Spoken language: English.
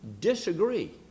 disagree